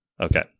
Okay